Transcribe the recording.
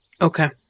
Okay